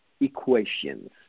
equations